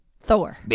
Thor